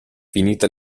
finita